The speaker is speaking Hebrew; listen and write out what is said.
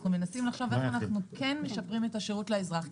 אנחנו מנסים לראות איך כן אפשר לשפר את השירות לאזרח.